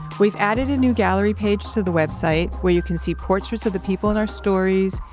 we've added a new gallery page to the website where you can see portraits of the people in our stories,